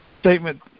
statement